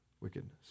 wickedness